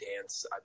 dance